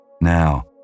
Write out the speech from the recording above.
Now